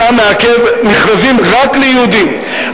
אתה מעכב מכרזים רק ליהודים.